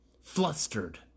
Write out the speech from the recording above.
Flustered